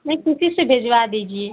नहीं किसी से भिजवा दीजिए